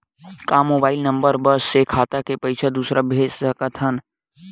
का mobile number बस से खाता से पईसा दूसरा मा भेज सकथन?